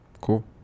cool